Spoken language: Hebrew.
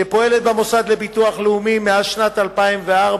שפועלת במוסד לביטוח לאומי מאז שנת 2004,